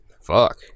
Fuck